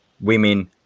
women